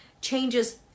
changes